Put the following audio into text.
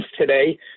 today